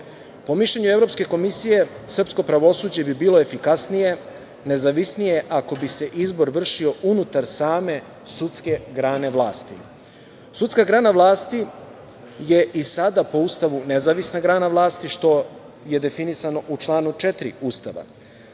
mišljenju Evropske komisije srpsko pravosuđe bi bilo efikasnije, nezavisnije ako bi se izbor vršio unutar same sudske grane vlasti. Sudska grana vlasti je i sada po Ustavu nezavisna grana vlasti što je definisano u članu 4. Ustava.